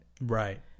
Right